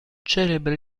celebra